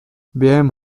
během